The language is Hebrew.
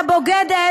ואת הבוגדת,